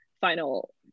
final